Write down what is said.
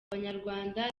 abanyarwanda